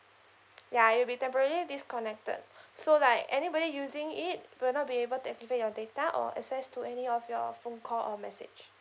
ya it'll be temporary disconnected so like anybody using it will not be able to activate your data or access to any of your phone call or message